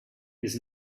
his